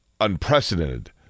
unprecedented